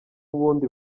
ubundi